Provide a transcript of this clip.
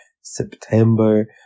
September